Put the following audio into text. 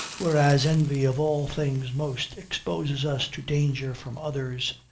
whereas envy of all things most exposes us to danger from others,